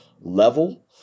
level